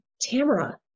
Tamara